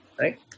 right